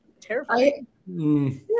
terrifying